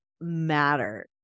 matter